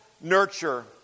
nurture